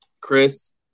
Chris